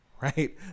right